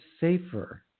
safer